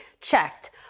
checked